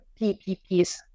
PPPs